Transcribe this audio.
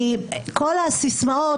כל הסיסמאות,